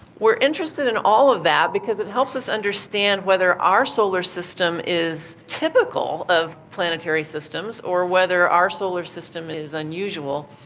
we are interested in all of that because it helps us understand whether our solar system is typical of planetary systems or whether our solar system is unusual.